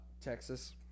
Texas